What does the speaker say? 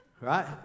Right